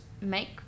make